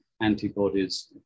antibodies